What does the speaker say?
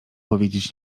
powiedzieć